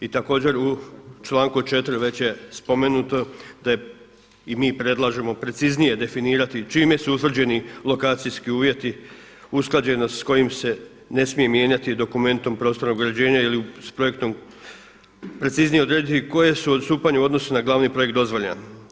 I također u članku 4. već je spomenuto da i mi predlažemo preciznije definirati čime su utvrđeni lokacijski uvjeti, usklađenost s kojim se ne smije mijenjati prostornog uređenja ili s projektom preciznije odrediti koje su odstupanja s obzirom na glavni projekt dozvoljena.